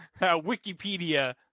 Wikipedia